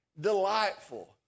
delightful